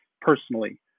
personally